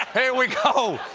here we go!